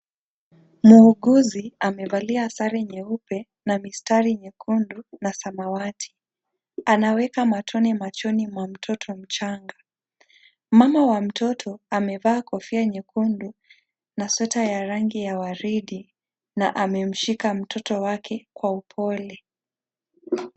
Waongozi amevalia sare nyeupe na mistari nyekundu na samawati ,anaweka matone machoni mwa mtoto mchanga . Mama wa mtoto amevaa kofia nyekundu na sweta ya rangi ya waridi na amemshika mtoto wake Kwa upole.